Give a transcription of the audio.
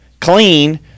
Clean